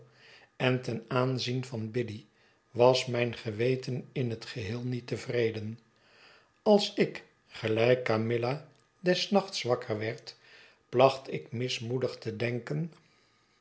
en ten aanzien van biddy was mijn geweten in t geheel niet tevreden als ik gelijk camilla des nachts wakker werd placht ik mismoedig te denken